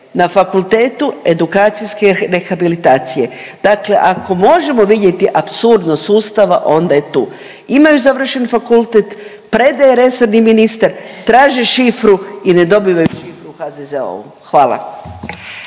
na fakultetu edukacijske rehabilitacije. Dakle, ako možemo vidjeti apsurdnost sustava onda je tu, imaju završen fakultet, predaje resorni ministar, traže šifru i ne dobivaju šifru u HZZO-u. Hvala.